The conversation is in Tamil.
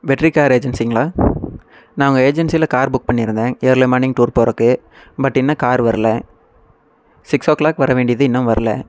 வெற்றி கார் ஏஜென்ஸிங்களா நான் உங்கள் ஏஜென்ஸியில கார் புக் பண்ணியிருந்தேன் இயர்லி மார்னிங் டூர் போகறக்கு பட் இன்னும் கார் வரல சிக்ஸ் ஓ க்ளாக் வர வேண்டியது இன்னும் வரல